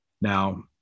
Now